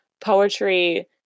poetry